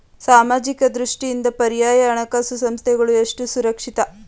ಸಾಮಾಜಿಕ ದೃಷ್ಟಿಯಿಂದ ಪರ್ಯಾಯ ಹಣಕಾಸು ಸಂಸ್ಥೆಗಳು ಎಷ್ಟು ಸುರಕ್ಷಿತ?